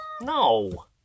No